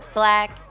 black